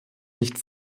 nicht